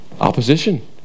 Opposition